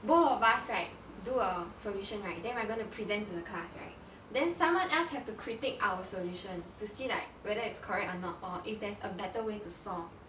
both of us right do a solution right then we are going to present to the class right then someone else have to critique our solution to see like whether it's correct or not or if there's a better way to solve